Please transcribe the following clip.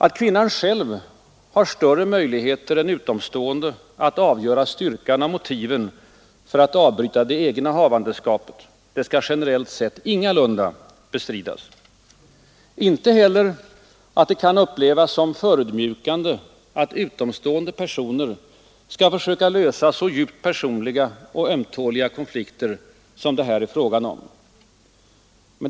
Att kvinnan själv har större möjligheter än utomstående att avgöra styrkan av motiven för att avbryta det egna havandeskapet skall generellt sett ingalunda förnekas. Inte heller att det kan upplevas som förödmjukande att utomstående personer skall söka lösa så djupt personliga och ömtåliga konflikter som det här är fråga om.